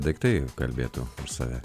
daiktai kalbėtų save